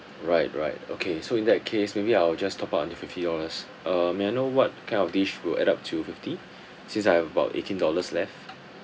right right okay so in that case maybe I'll just top up until fifty dollars uh may I know what kind of dish will add up to fifty since I have about eighteen dollars left